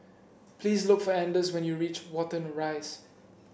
please look for Anders when you reach Watten Rise